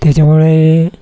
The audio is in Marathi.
त्याच्यामुळे